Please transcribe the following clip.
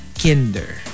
Kinder